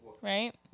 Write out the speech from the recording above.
right